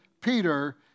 Peter